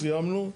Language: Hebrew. סיימנו.